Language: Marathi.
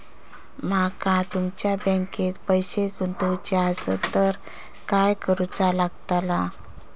माका तुमच्या बँकेत पैसे गुंतवूचे आसत तर काय कारुचा लगतला?